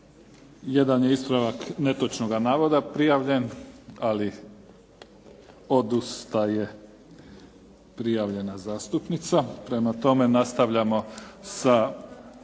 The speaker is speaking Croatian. Jedan je ispravak netočnoga navoda prijavljen, ali odustaje prijavljena zastupnica. Prema tome, nastavljamo sa